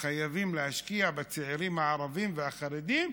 שחייבים להשקיע בצעירים הערבים והחרדים,